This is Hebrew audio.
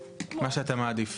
אשמע.